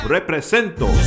Represento